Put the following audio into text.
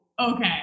okay